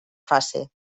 fase